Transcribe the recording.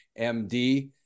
MD